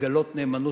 לגלות נאמנות,